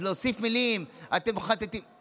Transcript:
אז להוסיף מילים, זה לא נכון.